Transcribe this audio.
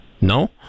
No